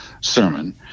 sermon